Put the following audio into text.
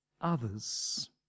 others